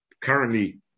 currently